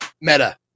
meta